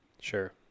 sure